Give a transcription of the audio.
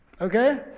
Okay